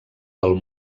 del